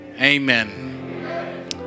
Amen